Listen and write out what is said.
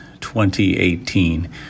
2018